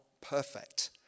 perfect